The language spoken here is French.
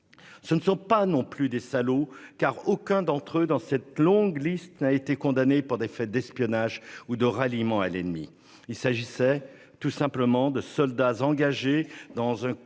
Ce ne sont pas non plus des salauds, car aucun d'entre eux dans cette longue liste n'a été condamné pour des faits d'espionnage ou de ralliement à l'ennemi. Il s'agissait tout simplement de soldats engagés dans un combat